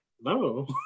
no